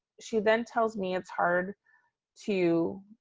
she then tells me it's hard to,